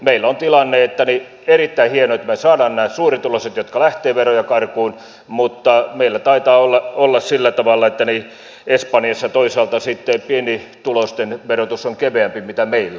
meillä on tilanne että on erittäin hienoa että me saamme nämä suurituloiset jotka lähtevät veroja karkuun mutta meillä taitaa olla sillä tavalla että espanjassa toisaalta sitten pienituloisten verotus on keveämpi kuin meillä